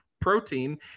protein